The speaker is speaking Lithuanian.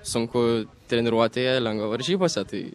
sunku treniruotėje lengva varžybose tai